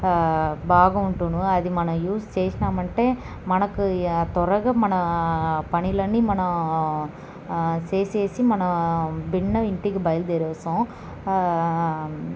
బాగా ఉండును అది మనం యూస్ చేసినాం అంటే త్వరగా మన పనులన్నీ మన చేసేసి మన బెరీన ఇంటికి బయలుదేరేసాం